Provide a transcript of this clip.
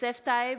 יוסף טייב,